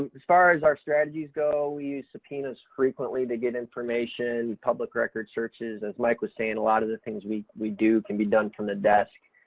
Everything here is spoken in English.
um as far as our strategies go, we use subpoenas frequently to get information, public record searches. searches. as mike was saying a lot of the things we, we do can be done from the desk.